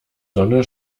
sonne